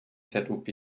zob